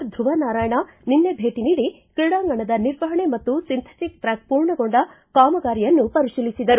ಧುವನಾರಾಯಣ್ ನಿನ್ನೆ ಭೇಟಿ ನೀಡಿ ಕ್ರೀಡಾಂಗಣದ ನಿರ್ವಹಣೆ ಮತ್ತು ಸಿಂಥೆಟಿಕ್ ಟ್ರ್ಯಾಕ್ ಮೂರ್ಣಗೊಂಡ ಕಾಮಗಾರಿಯನ್ನು ಪರಿಶೀಲಿಸಿದರು